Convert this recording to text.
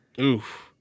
Oof